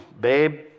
babe